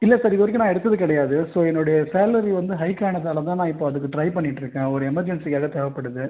இல்லை சார் இதுவரைக்கும் நான் எடுத்தது கிடையாது ஸோ என்னுடைய சேலரி வந்து ஹைக் ஆனதால் தான் நான் இப்போது அதுக்கு ட்ரை பண்ணிகிட்ருக்கேன் ஒரு எமர்ஜென்சிக்காக தேவைப்படுது